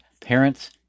parents